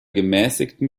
gemäßigten